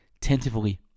tentatively